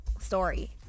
story